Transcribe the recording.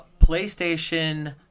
PlayStation